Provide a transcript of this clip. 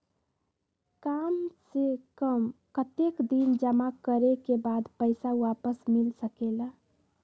काम से कम कतेक दिन जमा करें के बाद पैसा वापस मिल सकेला?